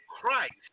Christ